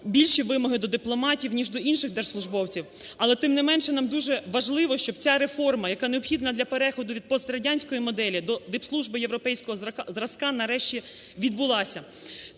більші вимоги до дипломатів, ніж до інших держслужбовців. Але тим не менше нам дуже важливо, щоб ця реформа, яка необхідна для переходу від пострадянської моделі додипслужби європейського зразка, нарешті відбулася.